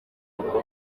kuko